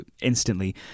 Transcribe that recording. instantly